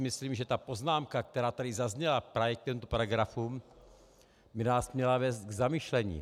Myslím si, že ta poznámka, která tady zazněla právě k těmto paragrafům, by nás měla vést k zamyšlení.